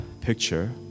picture